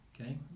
okay